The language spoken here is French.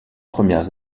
premières